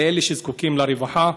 לאלה שזקוקים לרווחה,